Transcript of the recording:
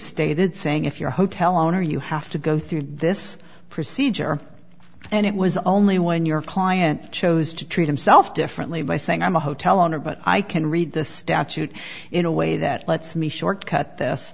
stated saying if your hotel owner you have to go through this procedure and it was only when your client chose to treat himself differently by saying i'm a hotel owner but i can read the statute in a way that lets me shortcut this